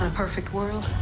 and perfect world,